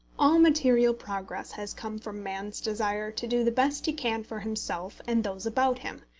all material progress has come from man's desire to do the best he can for himself and those about him,